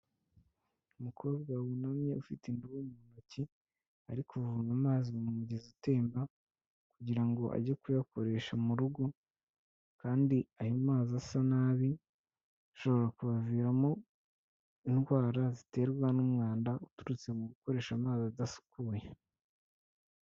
Umukobwa wunamye ufite indobo mu ntoki, ari kuvoma amazi mu mugezi utemba kugira ngo ajye kuyakoresha mu rugo kandi ayo mazi asa nabi, ashobora kubaviramo indwara ziterwa n'umwanda uturutse mu gukoresha amazi adasukuye.